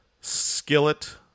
Skillet